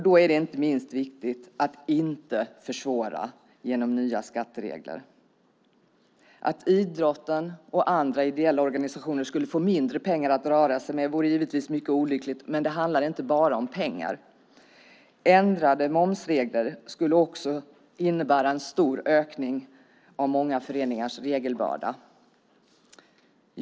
Då är det inte minst viktigt att inte försvåra genom nya skatteregler. Att idrotten och andra ideella organisationer skulle få mindre pengar att röra sig med vore givetvis mycket olyckligt, men det handlar inte bara om pengar. Ändrade momsregler skulle också innebära en stor ökning av många föreningars regelbörda.